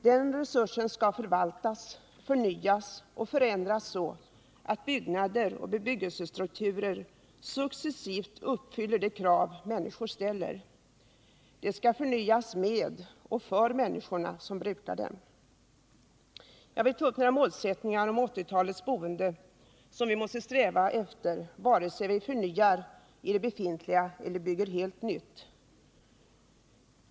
Den resursen skall förvaltas, förnyas och förändras så att byggnader och bebyggelsestrukturer successivt uppfyller de krav människor ställer. Förnyelsen skall ske med och för de människor som brukar bostäderna. Jag vill ta upp några målsättningar för 1980-talets boende som vi måste sträva efter, vare sig vi förnyar i det befintliga beståndet eller bygger helt nytt.